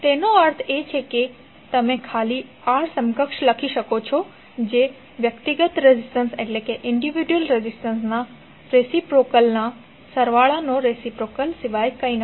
તેનો અર્થ એ છે કે તમે ખાલી R સમકક્ષ લખી શકો છો જે વ્યક્તિગત રેઝિસ્ટન્સના રેસિપ્રોકલ ના સરવાળોના રેસિપ્રોકલ સિવાય કંઈ નથી